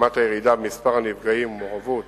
ומגמת הירידה במספר הנפגעים ובמעורבות